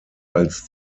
als